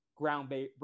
groundbreaking